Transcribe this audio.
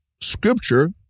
scripture